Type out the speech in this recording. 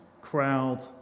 crowd